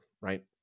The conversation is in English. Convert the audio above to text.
right